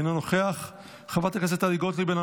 אינו נוכח, חברת הכנסת טלי